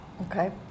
Okay